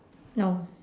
no